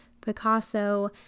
Picasso